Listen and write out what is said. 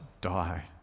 die